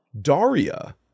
daria